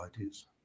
ideas